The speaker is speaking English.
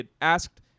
asked